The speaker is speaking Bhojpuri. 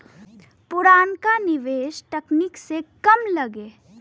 पुरनका निवेस तकनीक से कम लगे